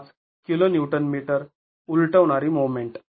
५ kNm उलटवणारी moment